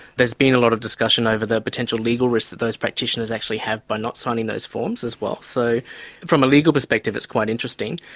there's been a lot of discussion over the potential legal risks that those practitioners actually have by not signing those forms, as well. so from a legal perspective it's quite interesting.